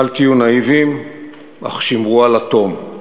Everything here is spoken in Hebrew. אל תהיו נאיביים, אך שמרו על התום,